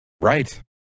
Right